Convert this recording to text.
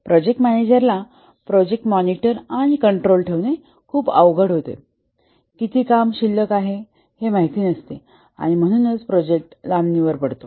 project मॅनेजरला project monitor आणि control ठेवणे खूप अवघड होते किती काम शिल्लक आहे हे माहित नसते आणि म्हणूनच प्रोजेक्ट लांबणीवर पडतो